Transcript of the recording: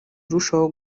irushaho